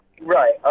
Right